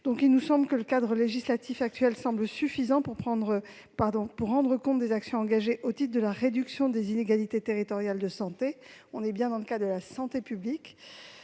Il nous semble donc que le cadre législatif actuel est suffisant pour rendre compte des actions engagées au titre de la réduction des inégalités territoriales de santé- on est bien dans le cadre de la santé publique